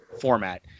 format